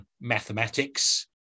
mathematics